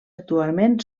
actualment